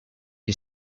you